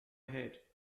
ahead